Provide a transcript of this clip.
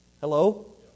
Hello